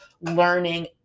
learning